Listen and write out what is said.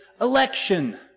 election